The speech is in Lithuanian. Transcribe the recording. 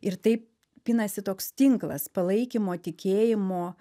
ir taip pinasi toks tinklas palaikymo tikėjimo